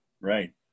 right